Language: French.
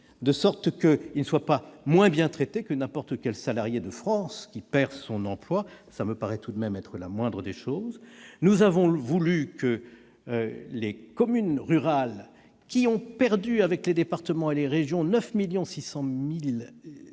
de sorte qu'ils ne soient pas moins bien traités que n'importe quel salarié de France qui perd son emploi. Cela me paraît tout de même être la moindre des choses. Nous proposons que les communes rurales, qui, avec les départements et les régions, ont perdu